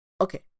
okay